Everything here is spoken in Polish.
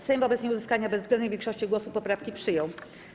Sejm wobec nieuzyskania bezwzględnej większości głosów poprawki przyjął.